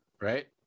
right